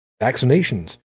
vaccinations